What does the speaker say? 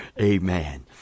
amen